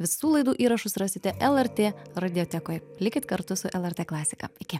visų laidų įrašus rasite lrt radiotekoj likit kartu su lrt klasika iki